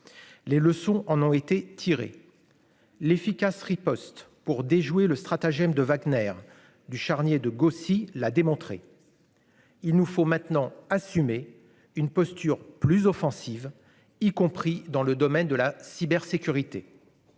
les leçons en ont été tirées, l'efficace riposte pour déjouer le stratagème de Wagner du charnier de Gossi l'a démontré, il nous faut maintenant assumer une posture plus offensive, y compris dans le domaine de la cybersécurité,